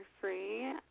free